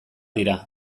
dira